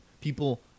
people –